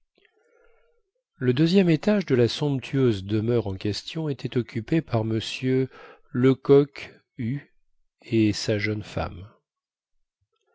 le deuxième étage de la somptueuse demeure en question était occupé par m lecoq hue et sa jeune femme